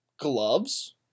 gloves